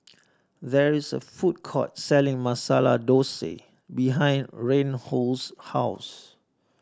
there is a food court selling Masala Dosa behind Reinhold's house